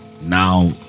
now